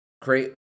create